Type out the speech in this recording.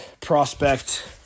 prospect